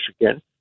Michigan